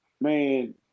man